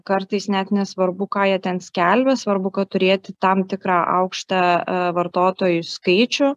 kartais net nesvarbu ką jie ten skelbia svarbu kad turėti tam tikrą aukštą vartotojų skaičių